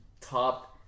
top